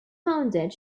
founded